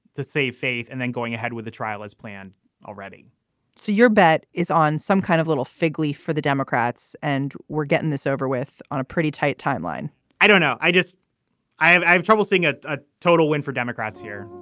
to save faith and then going ahead with the trial as planned already so your bet is on some kind of little fig leaf for the democrats and we're getting this over with on a pretty tight timeline i don't know. i just i have i have trouble seeing ah a total win for democrats here.